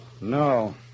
No